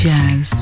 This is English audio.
Jazz